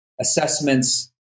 assessments